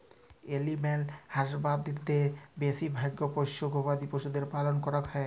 animal হাসবাদরীতে বেশি ভাগ পষ্য গবাদি পশুদের পালল ক্যরাক হ্যয়